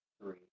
three